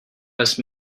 pest